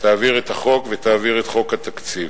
תעביר את החוק ותעביר את חוק התקציב.